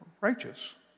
righteous